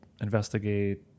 investigate